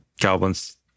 Goblins